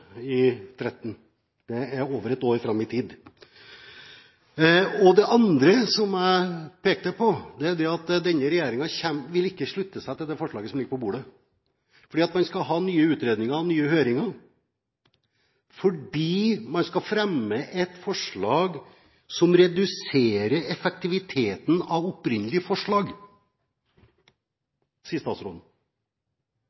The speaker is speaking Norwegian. tid. Det andre som jeg vil peke på, er at denne regjeringen ikke vil slutte seg til det forslaget som ligger på bordet, fordi man skal ha nye utredninger, nye høringer, fordi man skal fremme et forslag som reduserer effektiviteten av opprinnelig forslag,